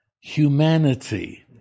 humanity